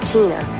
Tina